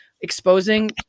Exposing